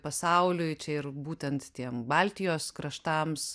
pasauliui čia ir būtent tiem baltijos kraštams